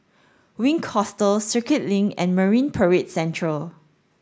Wink Hostel Circuit Link and Marine Parade Central